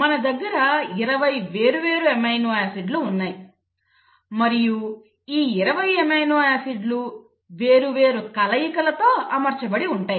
మన దగ్గర 20 వేర్వేరు అమైనో ఆసిడ్ లు ఉన్నాయి మరియు ఈ 20 అమైనో ఆసిడ్ లు వేర్వేరు కలయికలలో అమర్చబడి ఉంటాయి